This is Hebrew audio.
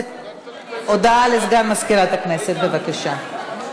הודעה לסגן מזכירת הכנסת, בבקשה.